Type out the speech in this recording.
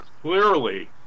clearly